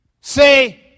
say